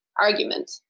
argument